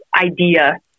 idea